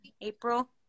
April